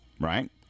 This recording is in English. right